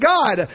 God